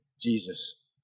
Jesus